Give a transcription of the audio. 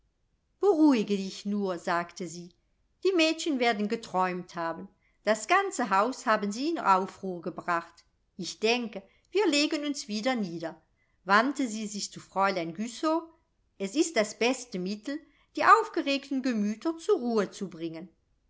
beruhige dich nur sagte sie die mädchen werden geträumt haben das ganze haus haben sie in aufruhr gebracht ich denke wir legen uns wieder nieder wandte sie sich zu fräulein güssow es ist das beste mittel die aufgeregten gemüter zur ruhe zu bringen